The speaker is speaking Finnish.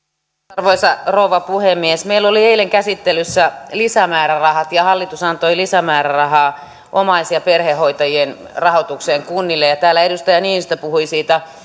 arvoisa rouva puhemies meillä oli eilen käsittelyssä lisämäärärahat ja hallitus antoi lisämäärärahaa omais ja perhehoitajien rahoitukseen kunnille täällä edustaja niinistö puhui